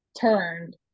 turned